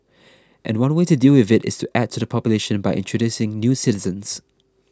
and one way to deal with it is to add to the population by introducing new citizens